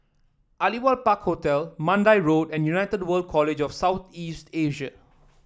Aliwal Park Hotel Mandai Road and United World College of South East Asia